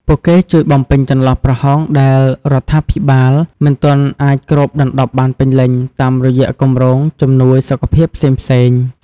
ពួកគេជួយបំពេញចន្លោះប្រហោងដែលរដ្ឋាភិបាលមិនទាន់អាចគ្របដណ្តប់បានពេញលេញ តាមរយៈគម្រោងជំនួយសុខភាពផ្សេងៗ។